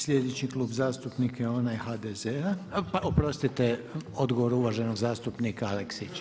Slijedeći Klub zastupnika je onaj HDZ-a, oprostite, odgovor uvaženog zastupnika Aleksića.